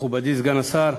מכובדי סגן השר,